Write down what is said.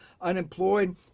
unemployed